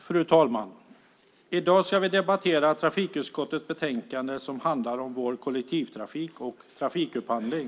Fru talman! I dag ska vi debattera trafikutskottets betänkande som handlar om vår kollektivtrafik och trafikupphandling.